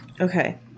Okay